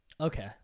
Okay